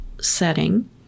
setting